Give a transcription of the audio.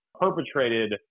perpetrated